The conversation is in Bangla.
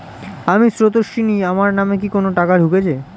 আমি স্রোতস্বিনী, আমার নামে কি কোনো টাকা ঢুকেছে?